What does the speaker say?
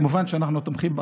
וכמובן שאנחנו תומכים בחוק.